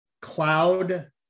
cloud